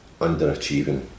underachieving